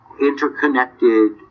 interconnected